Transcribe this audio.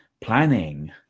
planning